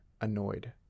annoyed